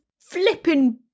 flipping